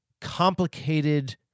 complicated